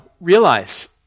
realize